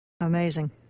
Amazing